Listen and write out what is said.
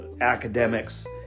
academics